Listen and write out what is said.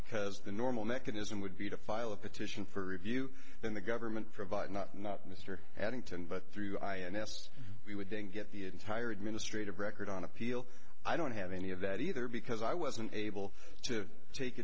because the normal mechanism would be to file a petition for review then the government for not not mr addington but through ins he would then get the entire administrative record on appeal i don't have any of that either because i wasn't able to take